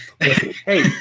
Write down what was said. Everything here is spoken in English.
Hey